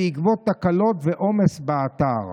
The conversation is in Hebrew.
בעקבות תקלות ועומס באתר.